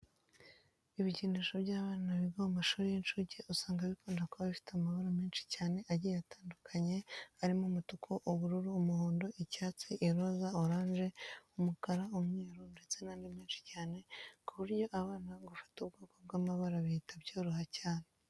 Ibikinisho by'abana biga mu mashuri y'inshuke usanga bikunda kuba bifite amabara menshi cyane agiye atandukanye arimo umutuku, ubururu, umuhondo, icyatsi, iroza, oranje, umukara, umweru ndetse n'andi menshi cyane ku buryo abana gufata ubwoko bw'amabara bihita byoroha cyane.